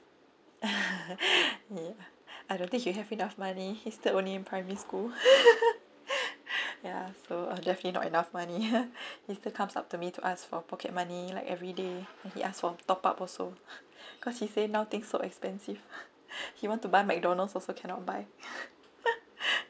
ya I don't think he have enough money he's the only in primary school ya so definitely not enough money he still comes up to me to ask for pocket money like everyday he ask for top up also cause he say now thing so expensive he want to buy mcdonald's also cannot buy